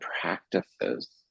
practices